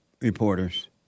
reporters